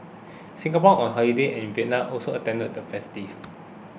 Singaporean on holiday in Vietnam also attended the festivities